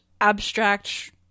abstract